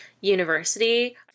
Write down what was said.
university